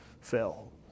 fell